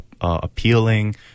appealing